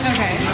Okay